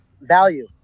value